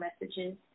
messages